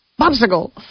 Popsicle